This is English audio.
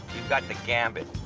got the gambit.